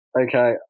Okay